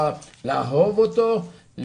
לאהוב אותו,